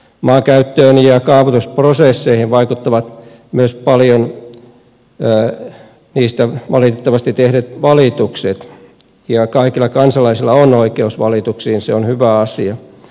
maankäyttöön ja kaavoitusprosesseihin vaikuttavat valitettavasti paljon myös niistä tehdyt valitukset ja kaikilla kansalaisilla on oikeus valituksiin se on hyvä asia